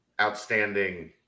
outstanding